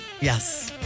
Yes